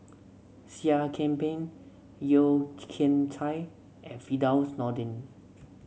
Seah Kian Peng Yeo Kian Chai and Firdaus Nordin